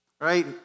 right